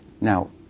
now